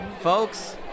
folks